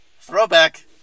Throwback